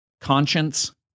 Conscience